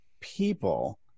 people